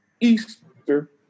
Easter